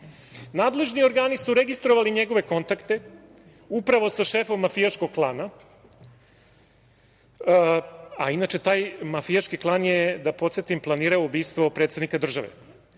Belivuk? Nadležni organi su registrovali njegove kontakte, upravo sa šefom mafijaškog klana, a inače taj mafijaški klan je da podsetim planirao ubistvo predsednika države.